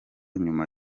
nyuma